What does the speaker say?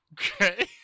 Okay